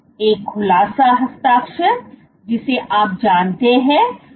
एक खुलासा हस्ताक्षर जिसे आप जानते हैं